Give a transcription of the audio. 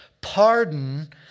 pardon